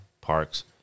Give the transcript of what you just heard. parks